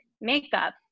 makeup